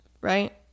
right